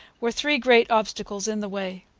were three great obstacles in the way.